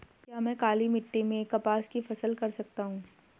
क्या मैं काली मिट्टी में कपास की फसल कर सकता हूँ?